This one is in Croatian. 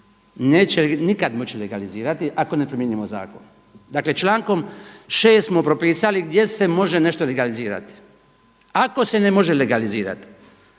moći nikad legalizirati ako ne promijenimo zakon. Dakle, člankom 6. smo propisali gdje se može nešto legalizirati. Ako se ne može legalizirati,